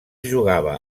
jugava